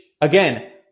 again